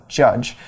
judge